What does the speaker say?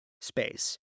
space